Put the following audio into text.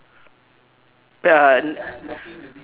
pe~ ah